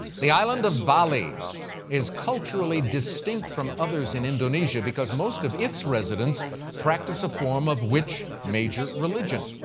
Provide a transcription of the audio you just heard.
the island of bali is culturally distinct from others in indonesia because most of its residents practice a form of which major religion?